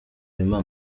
impamo